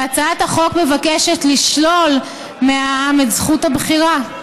והצעת החוק מבקשת לשלול מהעם את זכות הבחירה.